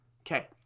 Okay